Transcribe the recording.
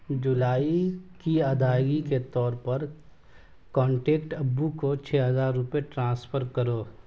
جولائی کی ادائیگی کے طور پر کانٹیکٹ ابو کو چھ ہزار روپے ٹرانسفر کرو